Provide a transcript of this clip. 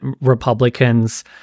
Republicans